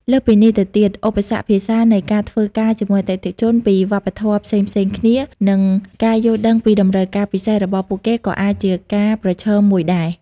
លើសពីនេះទៅទៀត ឧបសគ្គភាសា នៃការធ្វើការជាមួយអតិថិជនពីវប្បធម៌ផ្សេងៗគ្នា និងការយល់ដឹងពីតម្រូវការពិសេសរបស់ពួកគេក៏អាចជាការប្រឈមមួយដែរ។